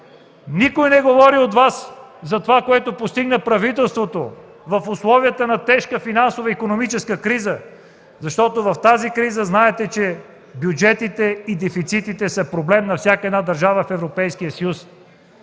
Вас не говори за това, което постигна правителството в условията на тежка финансова и икономическа криза, защото в тази криза, знаете, че бюджетите и дефицитите са проблем на всяка една държава в Европейския съюз.